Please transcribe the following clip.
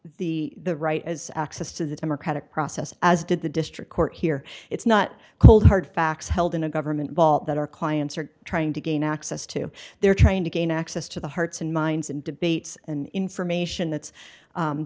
the the right as access to the democratic process as did the district court here it's not cold hard facts held in a government vault that our clients are trying to gain access to they're trying to gain access to the hearts and minds and debates and information that's